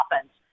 offense